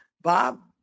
Bob